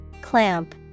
clamp